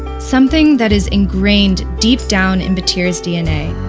something that is ingrained deep down in battir's dna.